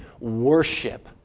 worship